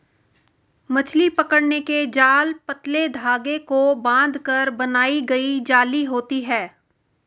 मछली पकड़ने के जाल पतले धागे को बांधकर बनाई गई जाली होती हैं